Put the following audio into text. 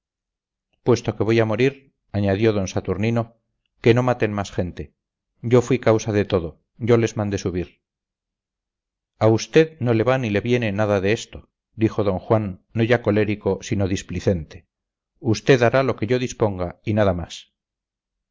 puesto que voy a morir añadió d saturnino que no maten más gente yo fui causa de todo yo les mandé subir a usted no le va ni le viene nada de esto dijo d juan no ya colérico sino displicente usted hará lo que yo disponga y nada más